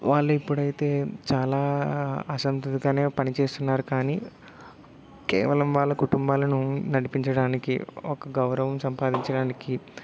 వాళ్ళు ఇప్పుడైతే చాలా అసంతృతిగానే పనిచేస్తున్నారు కానీ కేవలం వాళ్ళ కుటుంబాలను నడిపించడానికి ఒక గౌరవం సంపాదించడానికి